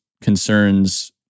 concerns